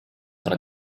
tra